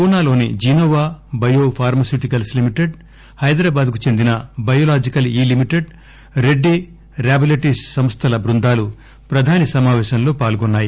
పూనాలోని Gennova biopharmaceuticals limited Hyderabad కు చెందిన biological E limited Reddy laboratories సంస్వల బృందాలు ప్రధాని సమాపేశంలో పాల్గొన్నాయి